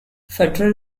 federal